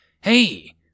Hey